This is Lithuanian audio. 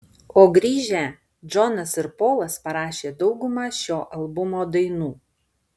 o grįžę džonas ir polas parašė daugumą šio albumo dainų